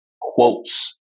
quotes